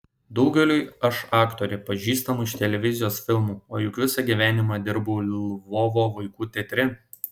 daugeliui aš aktorė pažįstama iš televizijos filmų o juk visą gyvenimą dirbau lvovo vaikų teatre